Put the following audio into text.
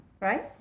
right